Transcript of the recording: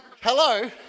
Hello